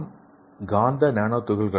நாம் காந்த நானோ துகள்களையும் எம்